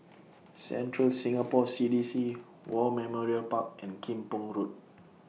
Central Singapore C D C War Memorial Park and Kim Pong Road